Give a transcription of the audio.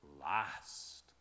last